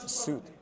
suit